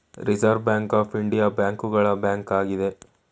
reserve bank of India ಬ್ಯಾಂಕುಗಳ bank ಆಗಿದೆ